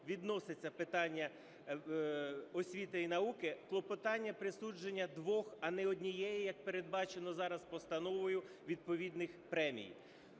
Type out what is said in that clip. відноситься питання освіти і науки, клопотання присудження двох, а не однієї, як передбачено зараз постановою, відповідних премій.